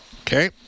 Okay